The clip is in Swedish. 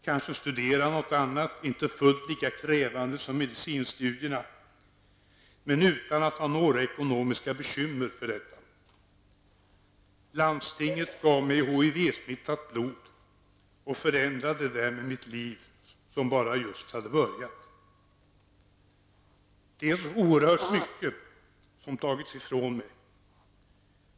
Kanske studera något annat, inte fullt lika krävande som medicindstudierna, men utan att ha några ekonomiska bekymmer för detta! Landstinget gav mig HIV-smittat blod och förändrade därmed mitt liv som jag bara just hade börjat! Det är så oerhört mycket som tagits ifrån mig.